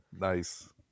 Nice